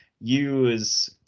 use